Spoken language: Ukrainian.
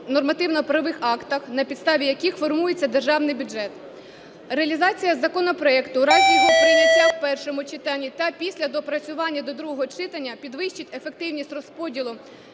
нормативно-правових актах, на підставі яких формується державний бюджет. Реалізація законопроекту, у разі його прийняття в першому читанні та після доопрацювання до другого читання, підвищить ефективність розподілу